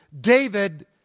David